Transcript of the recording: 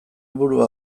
burua